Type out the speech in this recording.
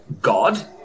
God